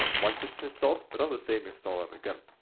once it's installed but run the same installer but again.